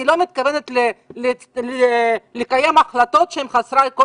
אני לא מתכוונת לקיים החלטות שהן חסרי כל